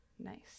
Nice